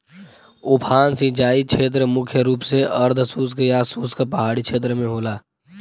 उफान सिंचाई छेत्र मुख्य रूप से अर्धशुष्क या शुष्क पहाड़ी छेत्र में होला